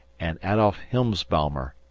and adolf hilfsbaumer,